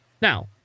Now